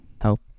help